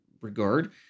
regard